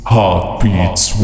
Heartbeats